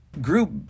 group